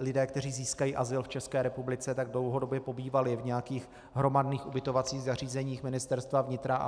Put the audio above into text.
lidé, kteří získají azyl v České republice, dlouhodobě pobývali v nějakých hromadných ubytovacích zařízeních Ministerstva vnitra.